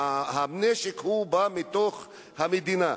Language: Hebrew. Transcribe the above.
הנשק בא מתוך המדינה.